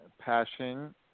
passion